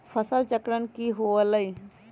फसल चक्रण की हुआ लाई?